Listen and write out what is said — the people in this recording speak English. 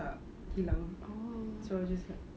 tak hilang so I was just like